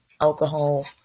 alcohol